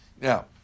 Now